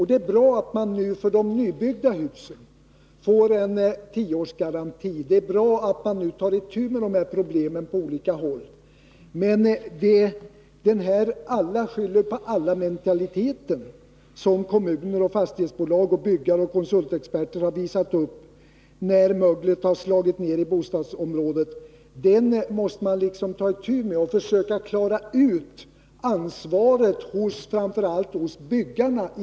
Det är bra att man för de nybyggda husen får en tioårsgaranti och att man tar itu med problemen på olika håll. Men den alla-skyller-på-alla-mentalitet som kommuner, fastighetsbolag, byggare och konsultexperter har visat upp när ett bostadsområde har drabbats av mögel måste man motverka, och man måste försöka få klarhet när det gäller ansvaret hos framför allt byggarna.